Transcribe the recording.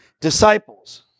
disciples